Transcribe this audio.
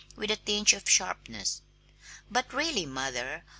with a tinge of sharpness but, really, mother,